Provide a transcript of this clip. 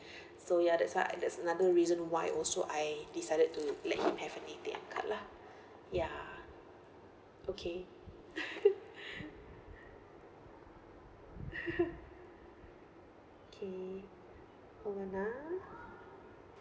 so ya that's why that's another reason why also I decided to let him have an A_T_M card lah ya okay okay hold on ah